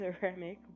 ceramic